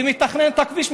ומתכנן את הכביש,